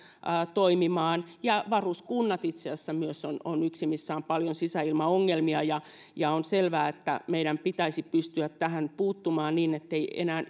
toimimaan ja varuskunnat itse asiassa myös on on yksi missä on paljon sisäilmaongelmia on selvää että meidän pitäisi pystyä tähän puuttumaan niin ettei enää